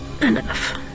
enough